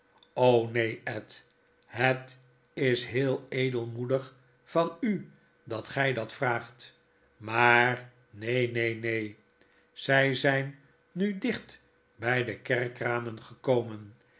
neen e het is heel edelmoedig van u dat gij dat vraagt maar neen neen neen zg zjjn nu dicht by de kerkramen gekomen